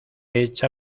hecha